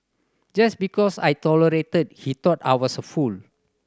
just because I tolerated he thought I was a fool